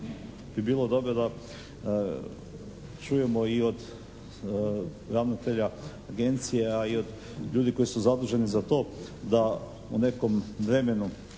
bi bilo dobro da čujemo i od ravnatelja Agencije, a i od ljudi koji su zaduženi za to da u nekom vremenu